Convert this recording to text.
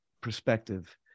perspective